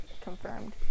confirmed